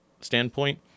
standpoint